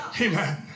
Amen